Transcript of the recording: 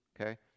Okay